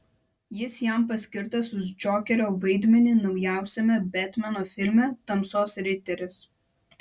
jis jam paskirtas už džokerio vaidmenį naujausiame betmeno filme tamsos riteris